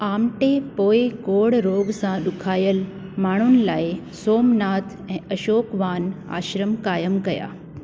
आमटे पोइ कोढ़ रोॻ सां ॾुखायलु माण्हुनि लाइ सोमनाथ ऐं अशोकवान आश्रम क़ाइमु कया